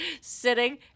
Sitting